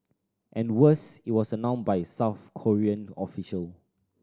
and worse it was announced by South Korean official